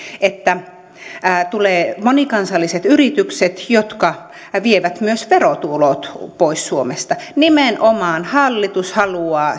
että tulevat monikansalliset yritykset jotka vievät myös verotulot pois suomesta nimenomaan hallitus haluaa